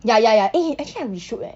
ya ya ya eh actually ah we should leh